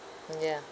ya